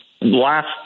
last